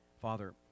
Father